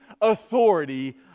authority